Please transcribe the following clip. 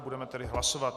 Budeme tedy hlasovat.